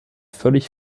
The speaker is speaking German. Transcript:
völlig